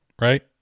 Right